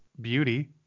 Beauty